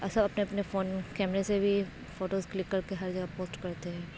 سب اپنے اپنے فون کے کیمرے سے بھی فوٹوز کلک کر کے ہر جگہ پوسٹ کرتے ہے